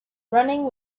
running